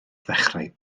ddechrau